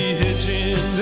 hitching